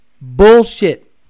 bullshit